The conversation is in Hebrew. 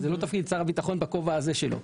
זה לא תפקיד שר הביטחון בכובע הזה שלו.